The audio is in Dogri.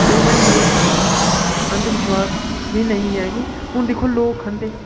क्यों भई नेईं खाना अंधविश्वास नेईं ऐ की लोक नेईं खंदे